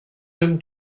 him